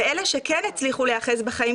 ואלה שכן הצליחו להיאחז בחיים,